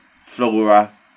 flora